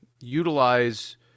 utilize